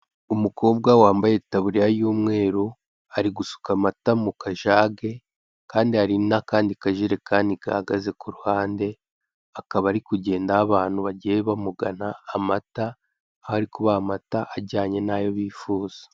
Umukobwa wambaye itaburiya y'umweru ari gusuka amata mukajage kandi hari n'akandi kajerekani gahagaze kuruhande, akaba ari kugenda aha abantu bagiye bamugana amata aho ari kubaha amata ajyanye n'ayo bifuza.